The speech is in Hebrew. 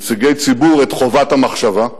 נציגי ציבור, את חובת המחשבה,